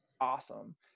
awesome